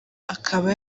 akaba